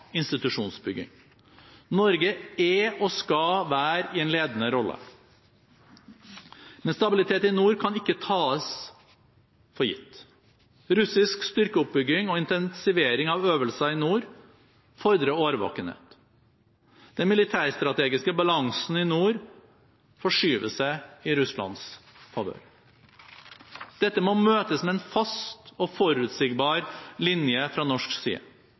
institusjonsbygging. Norge er og skal være i en ledende rolle. Men stabiliteten i nord kan ikke tas for gitt. Russisk styrkeoppbygging og intensivering av øvelser i nord fordrer årvåkenhet. Den militærstrategiske balansen i nord forskyver seg i Russlands favør. Dette må møtes med en fast og forutsigbar linje fra norsk side.